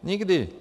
Nikdy.